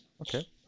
Okay